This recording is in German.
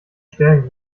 stellen